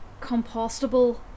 compostable